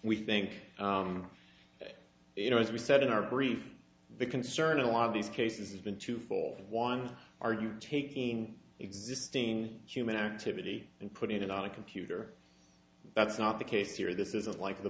we think you know as we said in our brief the concern a lot of these cases have been twofold one are you taking existing human activity and putting it on a computer that's not the case here this isn't like the